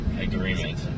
agreement